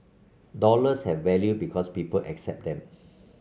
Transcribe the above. dollars have value because people accept them